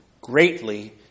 greatly